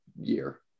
year